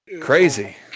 Crazy